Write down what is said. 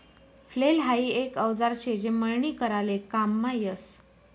flail हाई एक औजार शे जे मळणी कराले काममा यस